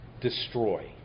destroy